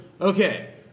Okay